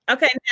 Okay